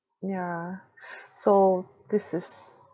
yeah so this is